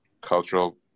cultural